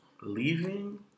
Leaving